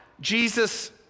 Jesus